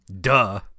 Duh